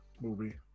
movie